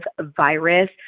virus